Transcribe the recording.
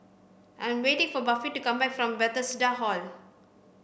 I am waiting for Buffy to come back from Bethesda Hall